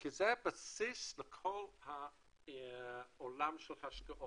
כי זה הבסיס לכל העולם של ההשקעות.